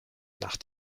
nach